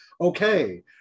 okay